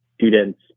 students